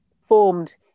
formed